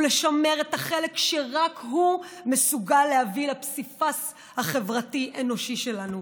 ולשמר את החלק שרק הוא מסוגל להביא לפסיפס החברתי-אנושי שלנו,